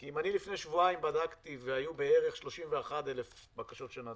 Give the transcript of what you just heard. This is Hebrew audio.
אם אני לפני שבועיים בדקתי והיו בערך 31,000 בקשות שנדונו,